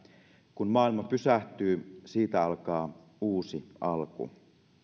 kun maailma pysähtyy siitä alkaa uusi alku